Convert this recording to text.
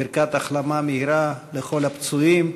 ברכת החלמה מהירה לכל הפצועים,